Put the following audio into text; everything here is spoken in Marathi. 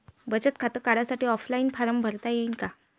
बचत खातं काढासाठी ऑफलाईन फारम भरता येईन का?